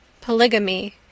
Polygamy